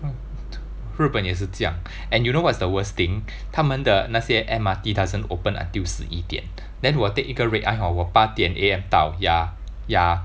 日本也是这样 and you know what's the worst thing 他们的那些 M_R_T doesn't open until 十一点 then 我 take 一个 red-eye hor 我八点 A_M 到 ya ya